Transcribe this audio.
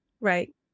Right